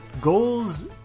goals